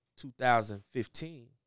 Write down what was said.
2015